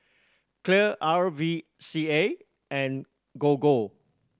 Clear R V C A and Gogo